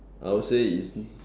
I would say it's